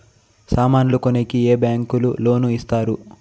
సామాన్లు కొనేకి ఏ బ్యాంకులు లోను ఇస్తారు?